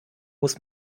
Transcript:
muss